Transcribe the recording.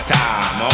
time